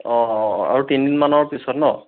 অঁ আৰু তিনদিনমানৰ পিছত ন